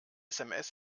sms